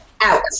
Out